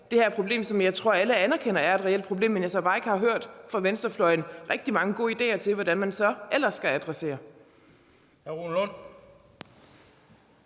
det her problem, som jeg tror alle anerkender er et reelt problem, men som jeg har bare ikke fra venstrefløjens side har hørt rigtig mange gode ideer til hvordan man så ellers skal adressere.